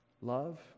love